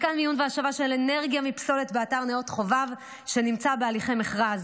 מתקן מיון והשבה של אנרגיה מפסולת באתר נאות חובב נמצא בהליכי מכרז.